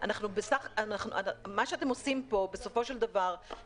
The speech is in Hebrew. מה שאתם עושים פה בסופו של דבר,